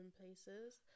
places